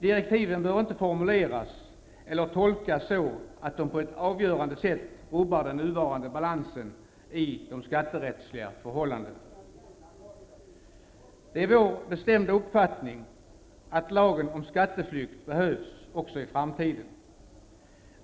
Direktiven bör inte formuleras eller tolkas så, att de på ett avgörande sätt rubbar den nuvarande balansen i de skatterättsliga förhållandena. Det är vår bestämda uppfattning att lagen om skatteflykt behövs också i framtiden.